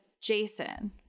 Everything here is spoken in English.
Jason